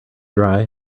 dry